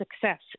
success